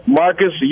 Marcus